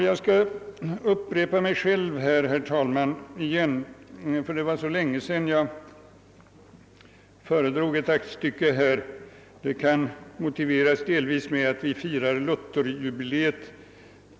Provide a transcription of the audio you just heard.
Jag skall upprepa mig själv genom att återigen föredraga ett visst aktstycke här i kammaren — det kan delvis motiveras med att vi i år firar Lutherjubileet.